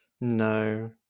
No